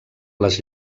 les